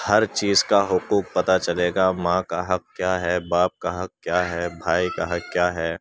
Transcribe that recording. ہر چیز کا حقوق پتا چلے گا ماں کا حق کیا ہے باپ کا حق کیا ہے بھائی کا حق کیا ہے